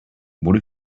what